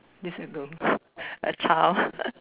this a girl a child